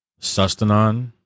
Sustanon